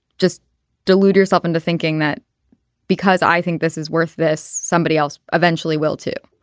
just delude yourself into thinking that because i think this is worth this somebody else eventually will too.